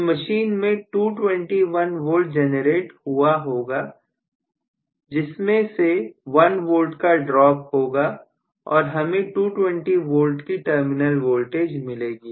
तो मशीन में 221V generate हुआ होगा जिसमें से 1V का ड्रॉप होगा और हमें 220V की टर्मिनल वोल्टेज मिलेगी